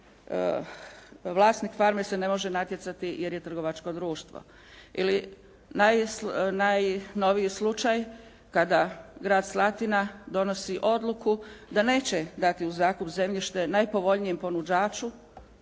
a vlasnik farme se ne može natjecati jer je trgovačko društvo. Ili najnoviji slučaj kada grad Slatina donosi odluku da neće dati u zakup zemljište najpovoljnijem ponuđaču,